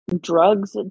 Drugs